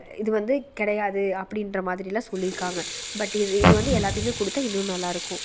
இது வந்து கிடையாது அப்படின்ற மாதிரிலாம் சொல்லியிருக்காங்க பட் இது இது வந்து எல்லாத்துக்குமே கொடுத்தா இன்னும் நல்லாயிருக்கும்